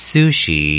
Sushi